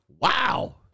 Wow